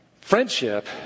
Friendship